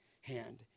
hand